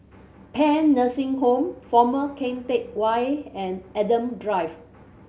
Paean Nursing Home Former Keng Teck Whay and Adam Drive